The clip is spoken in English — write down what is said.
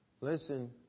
Listen